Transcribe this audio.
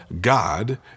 God